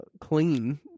clean